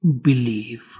believe